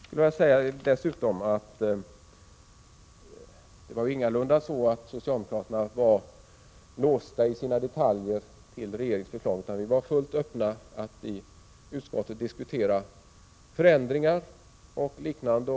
Jag vill dessutom säga att socialdemokraterna ingalunda var låsta till regeringens förslag i detaljfrågor, utan vi var fullt öppna för att i utskottet diskutera förändringar och liknande.